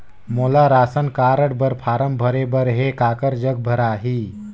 मोला ration card बर form भरे बर हे काकर जग भराही?